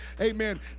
amen